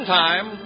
time